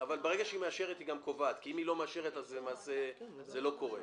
אבל ברגע שהיא מאשרת היא גם קובעת כי אם היא לא מאשרת למעשה זה לא קורה.